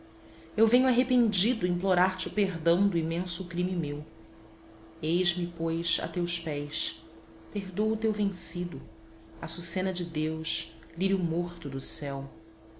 eu venho arrependido implorar te o perdão do imenso crime meu eis-me pois a teus pés perdoa o teu vencido açucena de deus lírio morto do céu